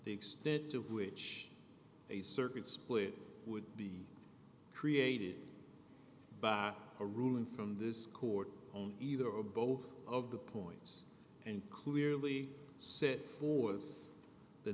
the extent to which a circuit split would be created by a ruling from this court on either or both of the points and clearly set forth the